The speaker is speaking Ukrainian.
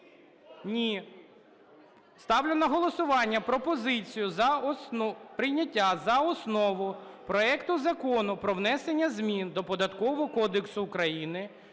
Ні. Ставлю на голосування пропозицію прийняття за основу проекту Закону про внесення змін до